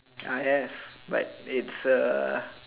I have but it's a